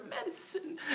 medicine